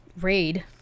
raid